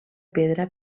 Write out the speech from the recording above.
pedra